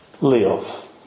Live